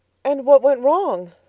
and what went wrong?